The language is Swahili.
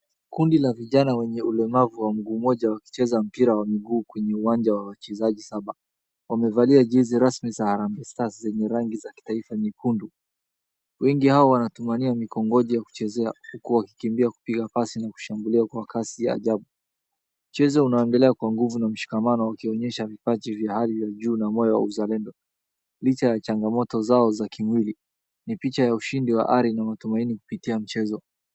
Kundi la vijana wenye ulemavu wa mguu moja wakicheza mpira wa miguu kwenye uwanja wa wachezaji saba, wamevalia jezi rasmi za Harambee Stars zenye rangi za kitaifa nyekundu. Wengi hao wanatumia mikongoji ya kuchezea huku wakikimbia kupiga pasi na kushangilia kwa kasi ya ajabu. Mchezo unaendelea kwa nguvu na ushikamano ukionyesha vipaji vya hali ya juu na moyo wa uzalendo, licha ya changamoto zao za kimwili. Ni picha ya ushindi wa ari na matumaini kupitia mchezo.